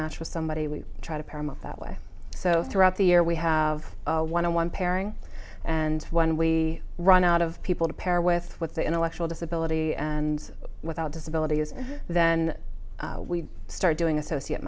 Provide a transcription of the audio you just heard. matched with somebody we try to promote that way so throughout the year we have one on one pairing and when we run out of people to pair with with the intellectual disability and without disabilities then we start doing associate